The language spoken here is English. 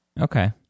Okay